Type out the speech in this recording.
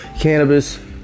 Cannabis